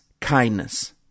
kindness